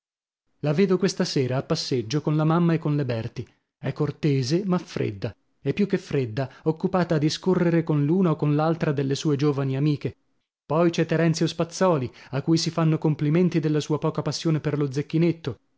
la vedo questa sera a passeggio con la mamma e con le berti è cortese ma fredda e più che fredda occupata a discorrere con l'una o con l'altra delle sue giovani amiche poi c'è terenzio spazzòli a cui si fanno complimenti della sua poca passione per lo zecchinetto